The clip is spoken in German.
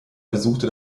besuchte